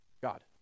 God